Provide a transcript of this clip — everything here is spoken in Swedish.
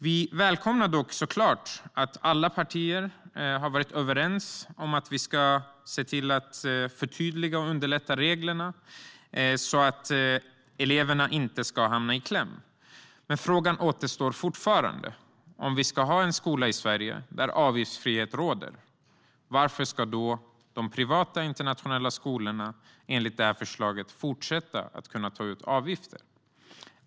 Vi välkomnar såklart att alla partier varit överens om att vi ska se till att förtydliga och underlätta reglerna så att eleverna inte ska hamna i kläm. Men frågan kvarstår. Om vi i Sverige ska ha en skola där avgiftsfrihet råder, varför ska då de privata internationella skolorna enligt förslaget kunna fortsätta att ta ut avgifter?